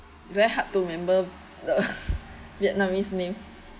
very hard to remember the vietnamese name